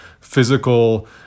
physical